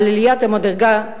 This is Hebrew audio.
על עליית המדרגה,